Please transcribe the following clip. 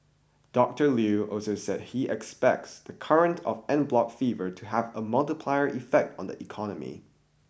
Doctor Lew also said he expects the current of en bloc fever to have a multiplier effect on the economy